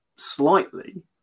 slightly